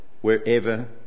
wherever